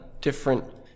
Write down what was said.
different